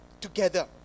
together